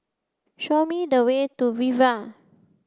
show me the way to Viva